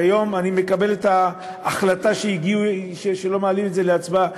היום אני מקבל את ההחלטה שלא מעלים את זה להצבעה,